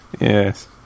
Yes